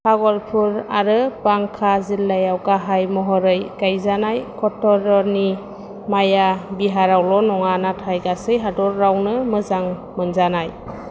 भागलपुर आरो बांका जिल्लायाव गाहाय महरै गायजानाय कत'र'नि माया बिहारावल' नङा नाथाय गासै हादोरावनो मोजां मोनजानाय